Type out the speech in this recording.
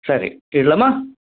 ಸರಿ ಇಡಲಮ್ಮ